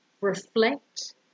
reflect